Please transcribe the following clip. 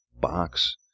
box